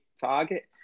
target